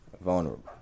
Vulnerable